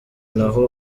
naho